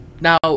Now